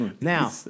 now